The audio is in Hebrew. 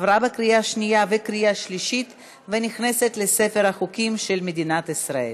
התקבלה בקריאה שנייה ובקריאה שלישית ונכנסת לספר החוקים של מדינת ישראל.